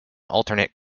alternate